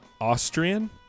Austrian